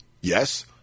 Yes